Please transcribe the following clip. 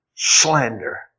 Slander